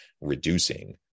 reducing